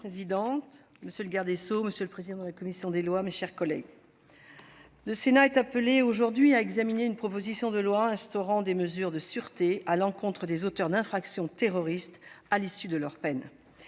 Madame la présidente, monsieur le garde des sceaux, mes chers collègues, le Sénat est appelé aujourd'hui à examiner une proposition de loi instaurant des mesures de sûreté à l'encontre des auteurs d'infractions terroristes à l'issue de leur peine,